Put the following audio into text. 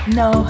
no